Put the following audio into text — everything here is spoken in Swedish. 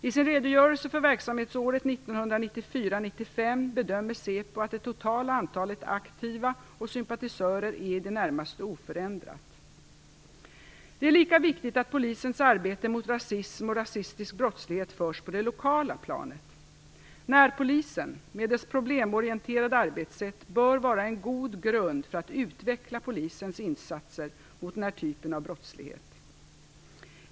I sin redogörelse för verksamhetsåret 1994/95 bedömer SÄPO att det totala antalet aktiva och sympatisörer är i det närmaste oförändrat. Det är lika viktigt att polisens arbete mot rasism och rasistisk brottslighet förs på det lokala planet. Närpolisen med dess problemorienterade arbetssätt bör vara en god grund för att utveckla polisens insatser mot denna typ av brottslighet.